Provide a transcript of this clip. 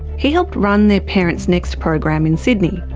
he helped run their parentsnext program in sydney.